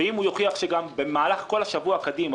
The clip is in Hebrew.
ואם הוא יוכיח שגם במהלך כל השבוע קדימה